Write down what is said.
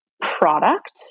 product